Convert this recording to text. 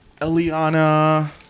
Eliana